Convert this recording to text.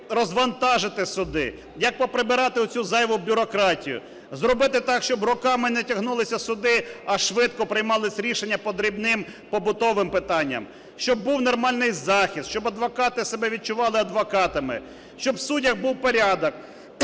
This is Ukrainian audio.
як розвантажити суди, як поприбирати оцю зайву бюрократію, зробити так, щоб роками не тягнулися суди, а швидко приймались рішення по дрібним побутовим питанням, щоб був нормальний захист, щоб адвокати себе відчували адвокатами, щоб в судах був порядок,